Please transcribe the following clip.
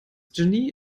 genie